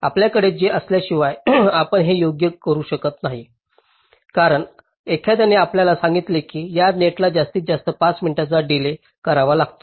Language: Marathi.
आपल्याकडे हे असल्याशिवाय आपण हे योग्य करू शकत नाही कारण एखाद्याने आपल्याला सांगितले की या नेटला जास्तीत जास्त 5 मिनिटांचा डिलेज करावा लागतो